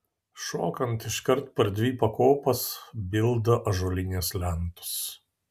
šokant iškart per dvi pakopas bilda ąžuolinės lentos